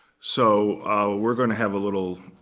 so we're going to have a little